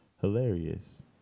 hilarious